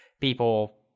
people